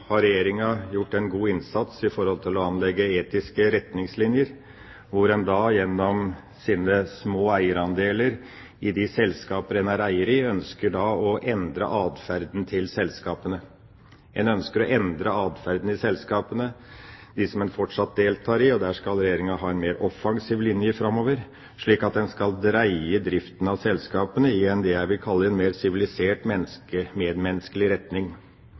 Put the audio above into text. har Regjeringa gjort en god innsats når det gjelder å anlegge etiske retningslinjer, hvor en gjennom sine små eierandeler i de selskaper en er eier i, ønsker å endre atferden til selskapene. En ønsker å endre atferden i selskapene – de som en fortsatt deltar i – og der skal Regjeringa ha en mer offensiv linje framover, slik at en skal dreie driften av selskapene i det jeg vil kalle en mer sivilisert medmenneskelig retning.